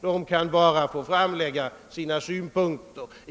De kan bara få framlägga sina synpunkter.